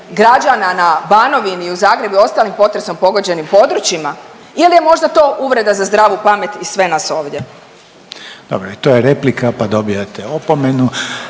građana na Banovini i u Zagrebu i ostalim potresom pogođenim područjima ili je možda to uvreda za zdravu pamet i sve nas ovdje? **Reiner, Željko (HDZ)** Dobro, i to je replika pa dobivate opomenu.